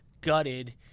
gutted